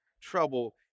trouble